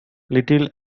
little